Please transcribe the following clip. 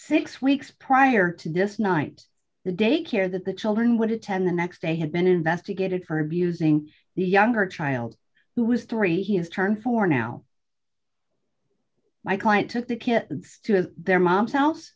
six weeks prior to dissed night the day care that the children would attend the next day had been investigated for abusing the younger child who was three he has turned four now my client took the kids to their mom's house